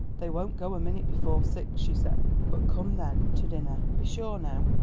they won't go a minute before six, she said but come then to dinner. be sure now!